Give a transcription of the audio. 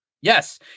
Yes